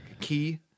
Key